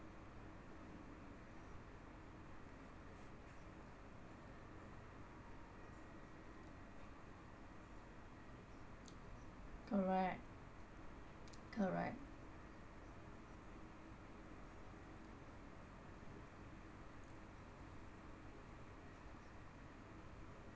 correct correct